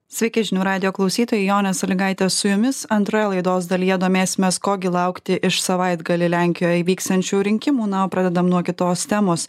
sveiki žinių radijo klausytojai jonė saligaitė su jumis antroje laidos dalyje domėsimės ko gi laukti iš savaitgalį lenkijoj įvyksiančių rinkimų na o pradedam nuo kitos temos